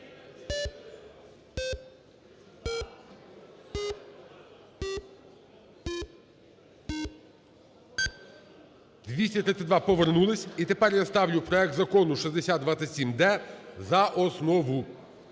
232. Повернулись. І тепер я ставлю проект Закону 6027-д за основу.